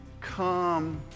come